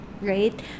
right